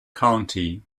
county